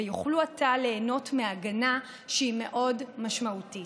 ויוכלו עתה ליהנות מהגנה שהיא מאוד משמעותית.